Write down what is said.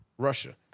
Russia